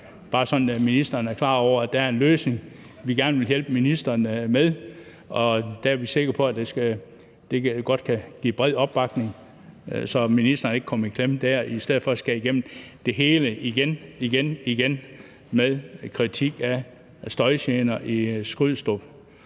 Bare så ministeren er klar over, at der er en løsning, og at vi gerne vil hjælpe ministeren med det. Vi er sikre på, at der godt kan blive bred opbakning til det, så ministeren ikke kommer i klemme, i stedet for at vi skal igennem det hele igennem igen igen med kritik af støjgener i Skrydstrup.